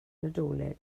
nadolig